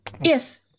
Yes